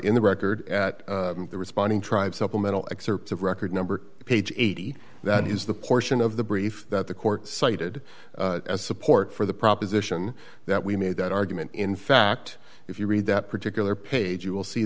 in the record at the responding tribe supplemental excerpts of record number page eighty that is the portion of the brief that the court cited as support for the proposition that we made that argument in fact if you read that particular page you will see